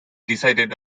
decided